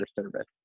service